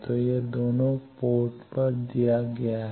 तो यह दोनों पोर्ट पर दिया गया है